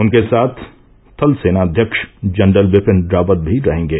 उनके साथ थल सेना अध्यक्ष जनरल बिपिन रायत भी रहेंगे